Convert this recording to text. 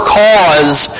cause